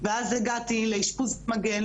ואז הגעתי לאשפוז מגן,